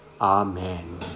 Amen